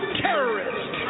terrorist